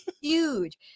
huge